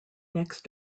next